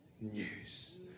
news